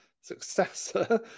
successor